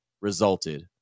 resulted